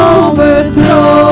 overthrow